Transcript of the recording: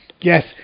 Yes